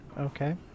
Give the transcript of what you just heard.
Okay